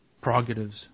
prerogatives